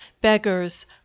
beggars